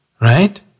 Right